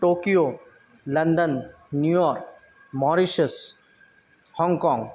Tokyo London New York Mauritius Hong Kong